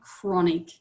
chronic